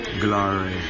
glory